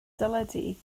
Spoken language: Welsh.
deledu